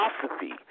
philosophy